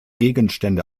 gegenstände